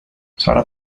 sara